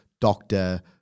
doctor